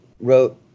Wrote